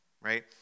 right